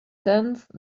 tenth